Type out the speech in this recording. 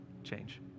change